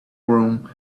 room